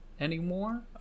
anymore